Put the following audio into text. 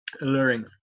alluring